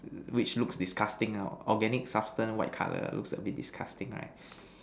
which looks disgusting organic substance white color looks a bit disgusting right